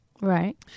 Right